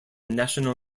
national